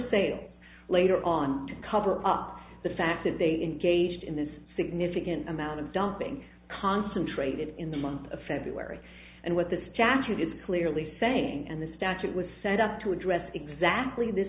sales later on to cover up the fact that they engaged in this significant amount of dumping concentrated in the month of february and what the statute is clearly saying and the statute was set up to address exactly this